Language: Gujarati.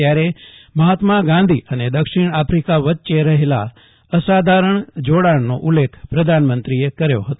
ત્યારે મહાત્માં ગાંધી અને દક્ષિણ આફ્રિકા વચ્ચે રહેલા અસાધારણ જોડાણનો ઉલ્લેખ પ્રધાનમંત્રીએ કર્યો હતો